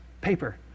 paper